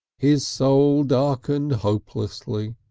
his soul darkened hopelessly.